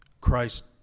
Christ